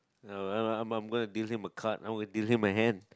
uh I'm I'm going deal him a card I would deal him my hand